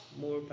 more